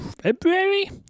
February